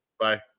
Bye